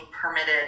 permitted